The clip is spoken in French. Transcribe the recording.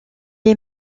est